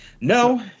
No